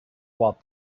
about